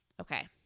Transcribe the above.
okay